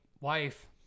wife